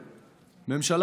בבקשה.